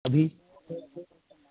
ابھی